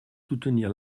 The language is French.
soutenir